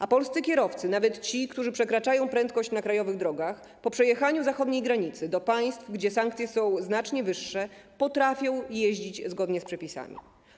A polscy kierowcy, nawet ci, którzy przekraczają prędkość na krajowych drogach, po przejechaniu zachodniej granicy, do państw, gdzie sankcje są znacznie wyższe, potrafią jeździć zgodnie z przepisami.